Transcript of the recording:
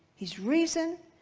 his reason,